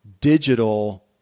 digital